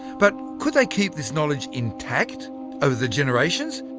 but could they keep this knowledge intact over the generations?